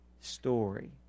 story